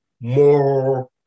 more